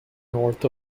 north